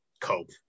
cope